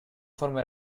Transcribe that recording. forma